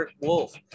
Wolf